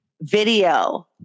video